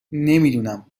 نمیدونم